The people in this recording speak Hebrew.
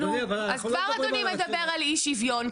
נו, אז כבר אדוני דבר על אי שוויון.